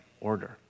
order